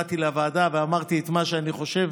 באתי לוועדה ואמרתי את מה שאני חושב.